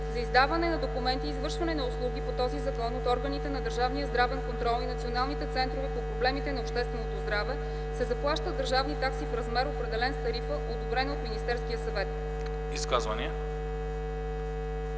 За издаване на документи и извършване на услуги по този закон от органите на държавния здравен контрол и националните центрове по проблемите на общественото здраве се заплащат държавни такси в размер, определен с тарифа, одобрена от Министерския съвет.”